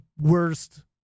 worst